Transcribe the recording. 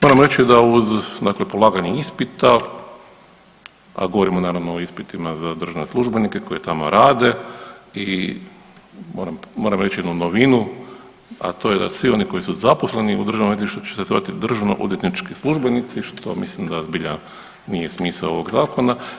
Moramo reći da uz dakle polaganje ispita, a govorimo naravno o ispitima za državne službenike koji tamo rade i moram reći jednu novinu, a to je da svi oni koji su zaposleni u državnom odvjetništvu će se zvati državnoodvjetnički službenici, što mislim da zbilja nije smisao ovoga Zakona.